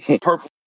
purple